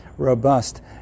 robust